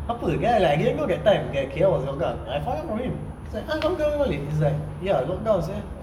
apa then I like I didn't know that time that K_L was lockdown I found out from him it's like ah lockdown balik then it's like ah lockdown sia